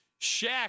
Shaq